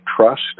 trust